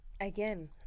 Again